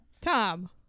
tom